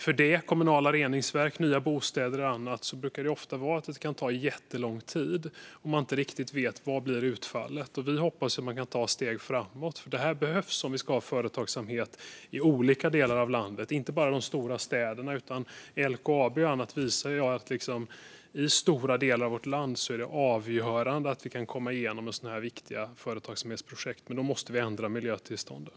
För det och för kommunala reningsverk, nya bostäder och annat brukar tillståndsprocessen ofta ta jättelång tid, och man vet inte riktigt vad utfallet blir. Vi hoppas att man kan ta steg framåt, för det behövs om vi ska ha företagsamhet i olika delar av landet och inte bara i de stora städerna. LKAB och andra visar att det i stora delar av vårt land är avgörande att sådana här viktiga företagsamhetsprojekt går igenom. Men då måste vi ändra miljötillstånden.